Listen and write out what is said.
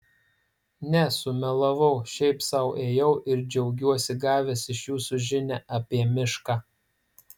ne sumelavau šiaip sau ėjau ir džiaugiuosi gavęs iš jūsų žinią apie mišką